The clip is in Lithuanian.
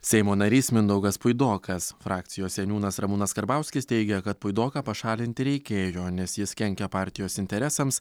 seimo narys mindaugas puidokas frakcijos seniūnas ramūnas karbauskis teigia kad puidoką pašalinti reikėjo nes jis kenkia partijos interesams